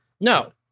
No